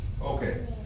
Okay